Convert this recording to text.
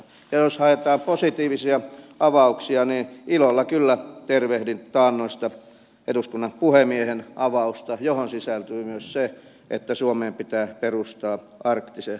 ja jos haetaan positiivisia avauksia niin ilolla kyllä tervehdin taannoista eduskunnan puhemiehen avausta johon sisältyy myös se että suomeen pitää perustaa arktisen ministerin pesti